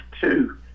two